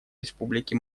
республики